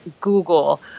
Google